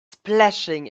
splashing